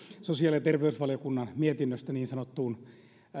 sosiaali ja terveysvaliokunnan mietinnöstä niin sanottuun